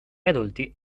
adulti